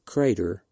Crater